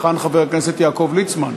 היכן חבר הכנסת יעקב ליצמן?